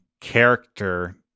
character